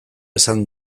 esan